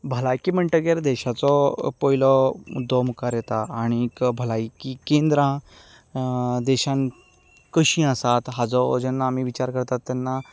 भलायकी म्हणटकच देशाचो पयलो मुद्दो मुखार येता आनी भलायकी केंद्रां देशांत कशीं आसात हाचो जेन्ना आमी विचार करतात तेन्ना